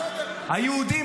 --- היהודים,